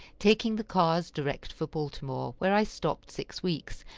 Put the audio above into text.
taking the cars direct for baltimore, where i stopped six weeks,